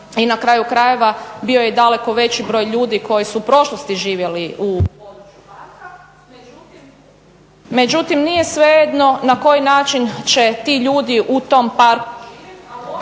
I na kraju krajeva, bio je daleko veći broj ljudi koji su u prošlosti živjeli u području parka međutim nije svejedno na koji način će ti ljudi u tom parku živjeti